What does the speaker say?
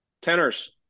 tenors